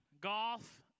golf